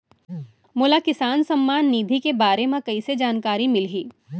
मोला किसान सम्मान निधि के बारे म कइसे जानकारी मिलही?